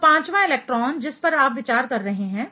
तो पाँचवाँ इलेक्ट्रॉन जिस पर आप विचार कर रहे हैं